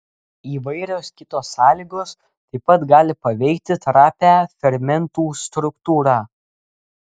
įvairios kitos sąlygos taip pat gali paveikti trapią fermentų struktūrą